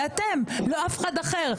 זה אתם ולא אף אחד אחר.